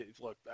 look